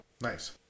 Nice